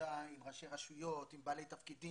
עבודה עם ראשי רשויות, עם בעלי תפקידים,